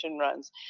runs